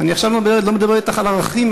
אני עכשיו לא מדבר אתך על ערכים,